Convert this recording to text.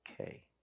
okay